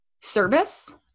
service